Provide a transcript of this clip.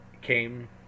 came